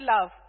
love